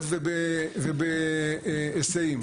ובהיסעים.